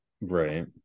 right